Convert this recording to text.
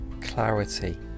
clarity